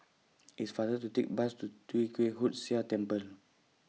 IT IS faster to Take Bus to Tee Kwee Hood Sia Temple